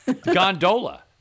Gondola